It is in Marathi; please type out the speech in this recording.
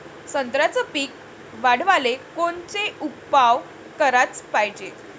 संत्र्याचं पीक वाढवाले कोनचे उपाव कराच पायजे?